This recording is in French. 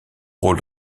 rôle